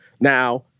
Now